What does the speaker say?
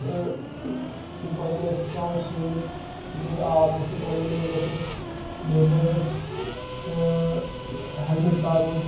تِم پَزن اَسہِ تھاوُن سۭتۍ تِکیٛازِ آب گوٚژھ نہٕ کَنَن منٛز گَژھُن بیٚیہِ پَزِ اَسہِ ہیلمِٹ لاگٕنۍ